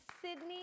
Sydney